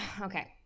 okay